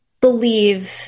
believe